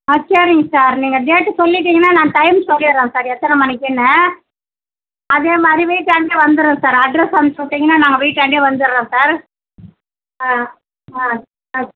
ஆ சரிங்க சார் நீங்கள் டேட்டு சொல்லிட்டிங்கனா நான் டைம் சொல்லிவிட்றன் சார் எத்தனை மணிக்குன்னு அதே மாதிரி வீட்டான்டே வந்துவிட்றோம் சார் அட்ரஸ் அனுச்சு விட்டிங்கன்னா நாங்கள் வீட்டான்டே வந்துவிட்றோம் சார் ஆ ஆ ஆ